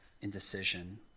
indecision